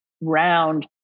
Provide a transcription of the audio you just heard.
round